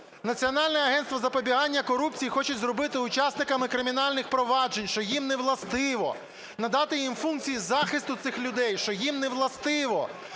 Національне агентство з запобігання корупції хочуть зробити учасниками кримінальних проваджень, що їм не властиво, надати їм функції захисту цих людей, що їм не властиво.